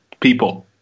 people